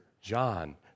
John